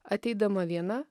ateidama viena